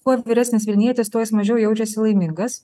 kuo vyresnis vilnietis tuo jis mažiau jaučiasi laimingas